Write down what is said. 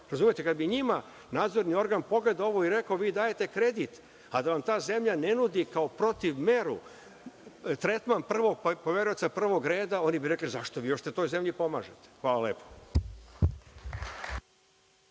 rejting. Kada bi njima nadzorni organ pogledao ovo i rekao – vi dajete kredit, a da vam ta zemlja ne nudi kao protiv meru tretman poverioca prvog reda, oni bi rekli – zašto vi uopšte toj zemlji pomažete? Hvala lepo.